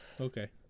okay